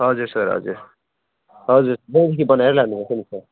हजुर सर हजुर हजुर बनाएरै लानु पर्छ नि सर